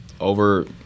over